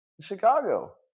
Chicago